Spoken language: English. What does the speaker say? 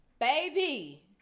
Baby